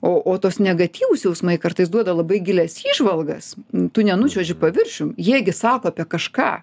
o o tos negatyvūs jausmai kartais duoda labai gilias įžvalgas tu nenučiuoži paviršium jie gi sako apie kažką